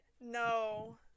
No